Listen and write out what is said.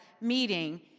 meeting